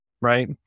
right